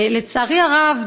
לצערי הרב,